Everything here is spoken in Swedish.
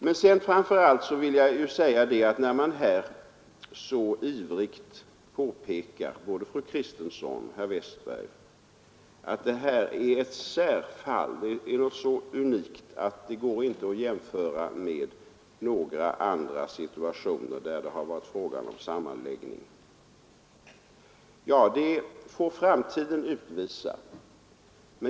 Både fru Kristensson och herr Westberg har ivrigt påpekat att det här är ett särfall — det är något så unikt att det inte går att jämföra med några situationer där det varit fråga om sammanläggning. Ja, det får framtiden utvisa.